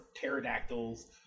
pterodactyls